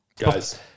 Guys